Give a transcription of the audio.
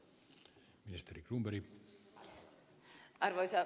arvoisa puhemies